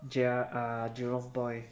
jia~ ah jurong point